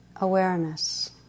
awareness